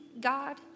God